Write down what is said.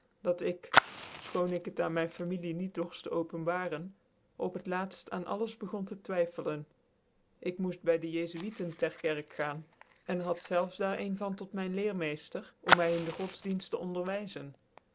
dat ik fehoon ik het aan myn familie niet dorft te openbaren op het laat ft aan alles begon te twyflfclen ik moeft by de jefuiten ter kerk aan en had zelfs daar een van tot myn lccrmccftcr om my in de godsdicnft te